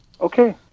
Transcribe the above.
Okay